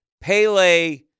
Pele